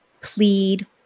plead